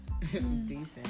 Decent